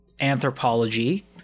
anthropology